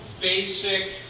basic